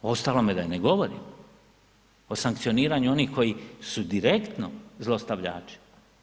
O ostalome da ne govorim, o sankcioniranju onih koji su direktno zlostavljači.